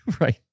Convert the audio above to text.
right